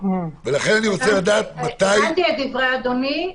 ולכן אני רוצה לדעת מתי --- הבנתי את דברי אדוני.